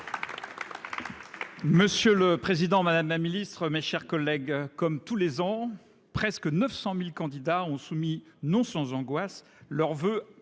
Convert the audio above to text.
Monsieur le Président Madame la Ministre, mes chers collègues. Comme tous les ans, presque 900.000 candidats ont soumis non sans angoisse, leurs